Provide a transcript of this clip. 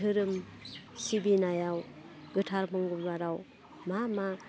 धोरोम सिबिनायाव गोथार मंगलबाराव मा मा